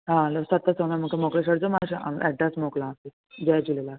हा हलो सत सौ में मूंखे मोकिले छॾिजो मां एड्रेस मोकिला थी जय झूलेलाल